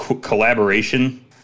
collaboration